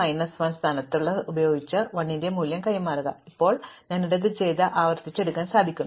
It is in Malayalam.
മഞ്ഞ മൈനസ് 1 സ്ഥാനത്തുള്ള മൂല്യം ഉപയോഗിച്ച് സ്ഥാനം l ലെ മൂല്യം കൈമാറുക ഇപ്പോൾ ഞാൻ ഇത് ചെയ്തു ഇപ്പോൾ ഞാൻ ആവർത്തിച്ച് അടുക്കാൻ ആഗ്രഹിക്കുന്നു